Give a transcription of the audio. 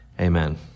amen